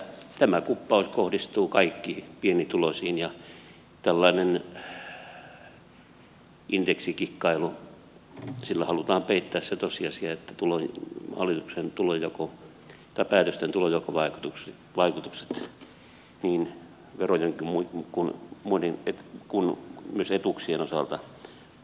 tämä kuppaus kohdistuu kaikki pienituloisiin ja tällaisella indeksikikkailulla halutaan peittää se tosiasia että hallituksen päätösten tulonjakovaikutukset niin verojen kuin myös etuuksien osalta ovat pienituloisia rokottavia ja muita kun moni ei kuulu myös etuuksien epäoikeudenmukaisia